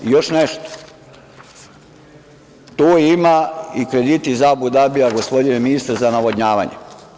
Još nešto, tu su i krediti iz Abu Dabija, gospodine ministre, za navodnjavanje.